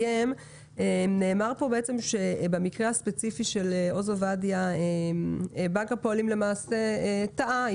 נאמר כאן שבמקרה הספציפי של עוז עובדיה בנק הפועלים למעשה טעה,